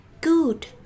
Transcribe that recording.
good